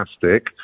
fantastic